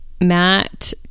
Matt